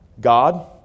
God